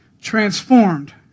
transformed